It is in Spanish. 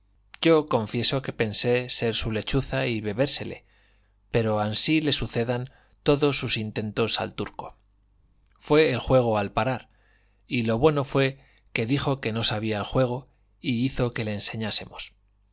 yo confieso que pensé ser su lechuza y bebérsele pero ansí le sucedan todos sus intentos al turco fue el juego al parar y lo bueno fue que dijo que no sabía el juego y hizo que se le enseñásemos